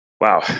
wow